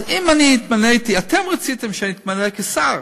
אז אם אני התמניתי, אתם רציתם שאני אתמנה כשר,